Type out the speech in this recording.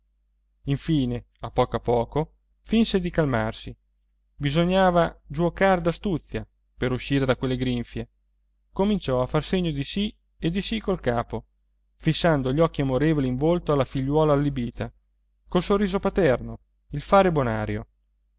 infine a poco a poco finse di calmarsi bisognava giuocar d'astuzia per uscire da quelle grinfie cominciò a far segno di sì e di sì col capo fissando gli occhi amorevoli in volto alla figliuola allibbita col sorriso paterno il fare bonario